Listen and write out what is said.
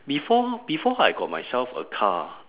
before before I got myself a car